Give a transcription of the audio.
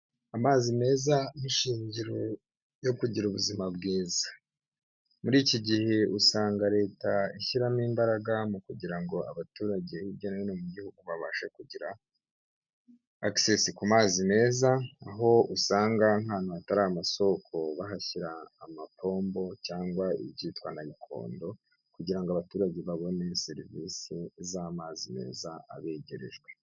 Amazi meza nk'ishingiro ryo kugira ubuzima bwiza. Muri iki gihe usanga Leta ishyiramo imbaraga mu kugira ngo abaturage hirya no hino mu Gihugu babashe kugira access ku mazi meza. Aho usanga nk'ahantu hatari amasoko bahashyira amapombo cyangwa ibyitwa nanikondo, kugira ngo abaturage babone serivisi z'amazi meza abegerejwe.